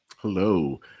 Hello